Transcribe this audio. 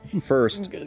First